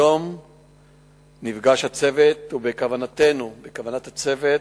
היום נפגש הצוות ובכוונתנו, בכוונת הצוות,